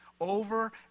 over